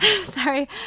sorry